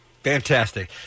Fantastic